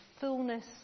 fullness